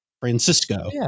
Francisco